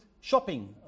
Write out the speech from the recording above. shopping